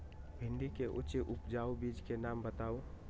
भिंडी के उच्च उपजाऊ बीज के नाम बताऊ?